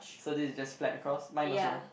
so this is just spread across mine also